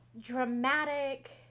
dramatic